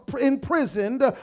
imprisoned